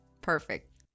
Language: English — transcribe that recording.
Perfect